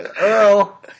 Earl